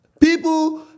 People